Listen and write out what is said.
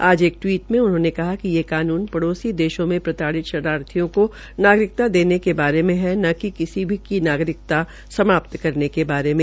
आज एक टिवीट में उन्होंने कहा कि यह कानुन पड़ोसी देशों में प्रताडिज़ शरणाथियों को नागरिकता देने के बारे में न किसी की नागरिकता समाप्त् करने के बारे में